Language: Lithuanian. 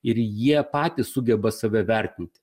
ir jie patys sugeba save vertinti